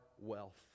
wealth